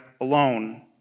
alone